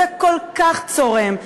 זה כל כך צורם,